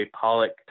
pollock